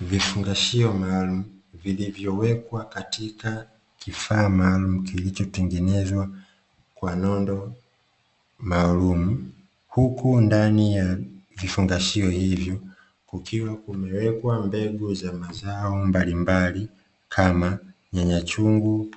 Vifungashio maalumu, vilivyowekwa katika kifaa maalumu kilichotengenezwa kwa nondo maalumu, huku ndani ya vifungashio hivyo kukiwa kumewekwa mbegu za mazao mbalimbali, kama: nyanyachungu,